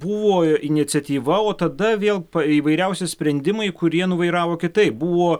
buvo iniciatyva o tada vėl įvairiausi sprendimai kurie nuvairavo kitaip buvo